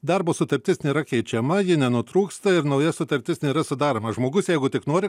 darbo sutartis nėra keičiama ji nenutrūksta ir nauja sutartis nėra sudaroma žmogus jeigu tik nori